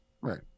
right